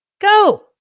Go